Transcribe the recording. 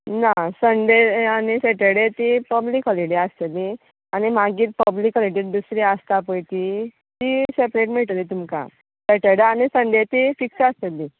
ना संन्डे आनी सेटरडेची ती पब्लीक हाॅलिडे आसतली आनी मागीर पब्लिक हाॅलिडे दुसरी आसता पय ती ती सेपरेट मेळटली तुका सेटरडे आनी संन्डेची फिक्स आसतलीं